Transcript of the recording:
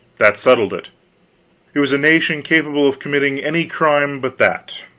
that settled it it was a nation capable of committing any crime but that.